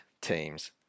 teams